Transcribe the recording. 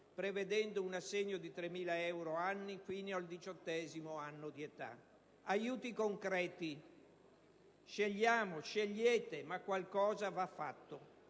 prevedendo un assegno di 3.000 euro annui fino al diciottesimo anno di età. Aiuti concreti, dunque. Scegliamo, scegliete, ma qualcosa va fatto.